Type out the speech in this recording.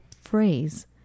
phrase